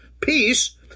peace